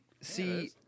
See